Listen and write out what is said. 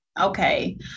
Okay